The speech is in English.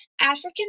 African